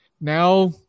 Now